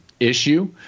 issue